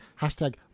hashtag